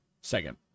second